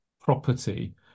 property